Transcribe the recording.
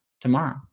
tomorrow